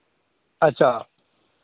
अच्छा